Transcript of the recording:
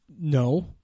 No